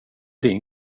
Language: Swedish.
din